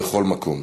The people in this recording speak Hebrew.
ובכל מקום.